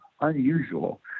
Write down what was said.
unusual